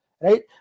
right